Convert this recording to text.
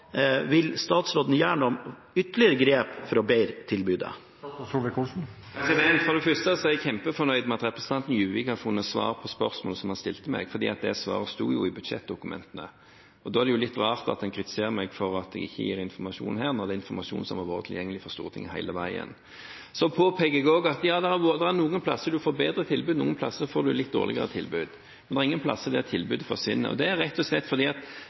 Vil statsråden ta ytterligere grep for å bedre tilbudet? For det første er jeg kjempefornøyd med at representanten Juvik har funnet svar på spørsmålet han stilte meg. Svaret sto i budsjettdokumentene. Da er det litt rart at han kritiserer meg for ikke å gi informasjon her når denne informasjonen har vært tilgjengelig for Stortinget hele veien. Så påpeker jeg også at noen steder får en bedre tilbud, noen steder får en litt dårligere tilbud, men det er ingen steder tilbudet forsvinner. Det er rett og slett fordi vi stiller de samme minimumskravene. Widerøe har levert flere avganger på en del ruter enn det det var krav om, fordi det var så mange passasjerer at